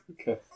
Okay